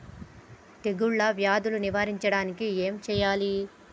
తెగుళ్ళ వ్యాధులు నివారించడానికి ఏం చేయాలి?